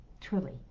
Truly